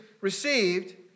received